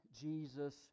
Jesus